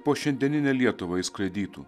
po šiandieninę lietuvą jei skraidytų